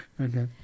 Okay